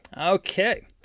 okay